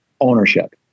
ownership